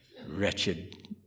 Wretched